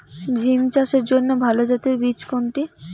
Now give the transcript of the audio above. বিম চাষের জন্য ভালো জাতের বীজ কোনটি?